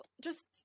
Just-